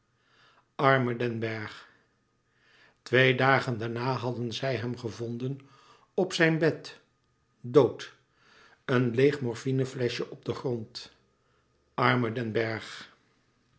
arme den bergh twee dagen daarna hadden zij hem gevonden op zijn bed dood een leêg morfine fleschje op den grond arme den bergh